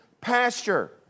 pasture